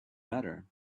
better